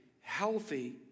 healthy